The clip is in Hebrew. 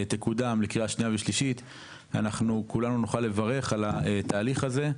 תקודם לקריאה שנייה ושלישית כולנו נוכל לברך על התהליך הזה,